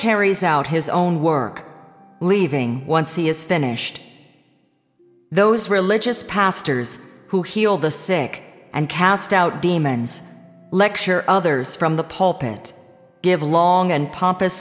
carries out his own work leaving once he has finished those religious pastors who heal the sick and cast out demons lecture others from the pulpit give long and pompous